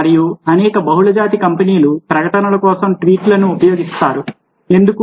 మరియు అనేక బహుళజాతి కంపెనీలు ప్రకటనల కోసం ట్వీట్లను ఉపయోగిస్తాయి ఎందుకు